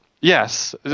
yes